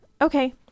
okay